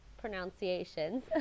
pronunciations